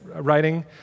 writing